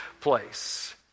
place